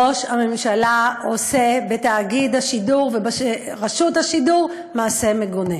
ראש הממשלה עושה בתאגיד השידור וברשות השידור מעשה מגונה.